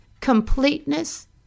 completeness